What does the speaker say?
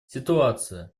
ситуация